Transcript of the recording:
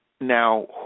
Now